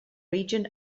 region